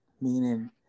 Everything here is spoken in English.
meaning